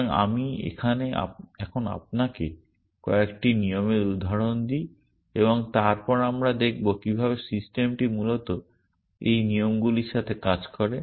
সুতরাং আমি এখন আপনাকে কয়েকটি নিয়মের উদাহরণ দিই এবং তারপরে আমরা দেখব কিভাবে সিস্টেমটি মূলত এই নিয়মগুলির সাথে কাজ করে